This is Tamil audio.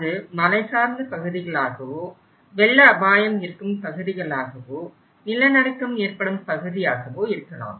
அது மலை சார்ந்த பகுதிகளாகவோ வெள்ள அபாயம் இருக்கும் பகுதிகளாகவோ நிலநடுக்கம் ஏற்படும் பகுதியாகவோ இருக்கலாம்